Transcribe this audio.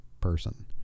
person